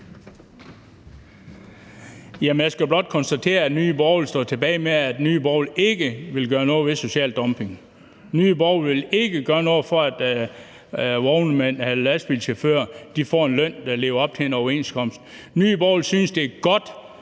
Jeg skal blot konstatere, at vi står tilbage med, at Nye Borgerlige ikke vil gøre noget ved social dumping. Nye Borgerlige vil ikke gøre noget for, at lastbilchauffører får en løn, der lever op til en overenskomst. Nye Borgerlige synes, det er godt,